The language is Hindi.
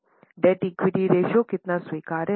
डेब्ट इक्विटी रेश्यो कितना स्वीकार्य है